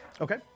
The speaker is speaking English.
Okay